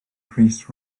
rhys